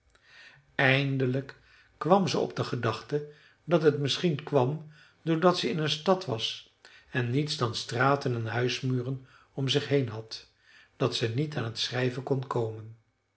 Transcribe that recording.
eindelijk kwam ze op de gedachte dat het misschien kwam doordat ze in een stad was en niets dan straten en huismuren om zich heen had dat ze niet aan t schrijven kon komen